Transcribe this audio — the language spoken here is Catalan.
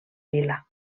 vila